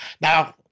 Now